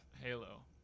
Halo